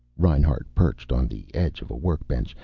reinhart perched on the edge of a workbench,